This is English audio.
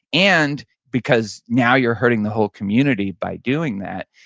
and because now you're hurting the whole community by doing that.